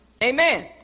Amen